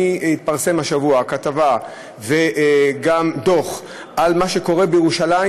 התפרסמו השבוע כתבה וגם דוח על מה שקורה בירושלים,